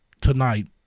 tonight